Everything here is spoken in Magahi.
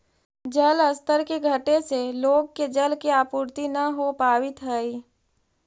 जलस्तर के घटे से लोग के जल के आपूर्ति न हो पावित हई